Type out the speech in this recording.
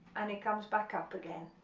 and it comes back up again